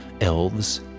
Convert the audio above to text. Elves